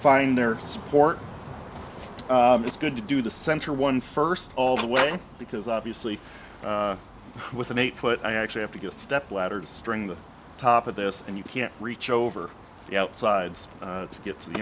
find their support it's good to do the center one first all the way because obviously with an eight foot i actually have to go a step ladder of string the top of this and you can reach over the outsides to get t